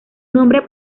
nombre